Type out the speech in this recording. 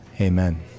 Amen